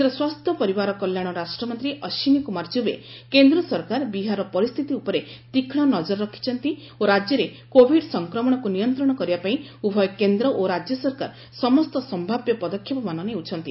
କେନ୍ଦ୍ର ସ୍ୱାସ୍ଥ୍ୟ ପରିବାର କଲ୍ୟାଣ ରାଷ୍ଟ୍ରମନ୍ତ୍ରୀ ଅଶ୍ୱିନୀ କୁମାର ଚୁବେ କେନ୍ଦ୍ର ସରକାର ବିହାରର ପରିସ୍ଥିତି ଉପରେ ତୀକ୍ଷ୍ଣ ନଜର ରଖିଛନ୍ତି ଓ ରାଜ୍ୟରେ କୋଭିଡ୍ ସଂକ୍ରମଣକୁ ନିୟନ୍ତ୍ରଣ କରିବା ପାଇଁ ଉଭୟ କେନ୍ଦ୍ର ଓ ରାଜ୍ୟ ସରକାର ସମସ୍ତ ସମ୍ଭାବ୍ୟ ପଦକ୍ଷେପମାନ ନେଉଛନ୍ତି